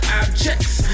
objects